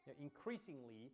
increasingly